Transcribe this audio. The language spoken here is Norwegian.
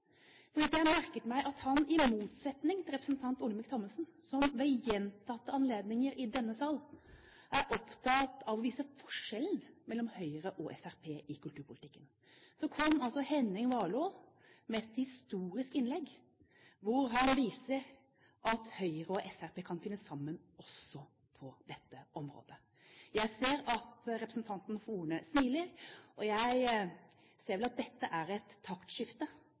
merket meg at han – i motsetning til representanten Olemic Thommessen, som ved gjentatte anledninger i denne sal er opptatt av å vise forskjellen mellom Høyre og Fremskrittspartiet i kulturpolitikken – kom med et historisk innlegg, hvor han viser at Høyre og Fremskrittspartiet kan finne sammen også på dette området. Jeg ser at representanten Horne smiler, og jeg ser vel at dette er